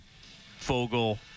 Fogle